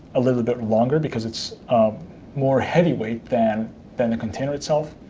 a little bit longer, because it's um more heavyweight than than the container itself.